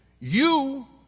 you